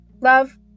Love